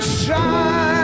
shine